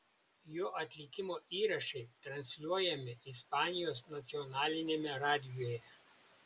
jo atlikimo įrašai transliuojami ispanijos nacionaliniame radijuje